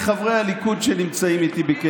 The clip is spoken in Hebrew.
אתה אומר שהרבה חברי הליכוד דיברו איתך,